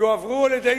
יועברו על-ידי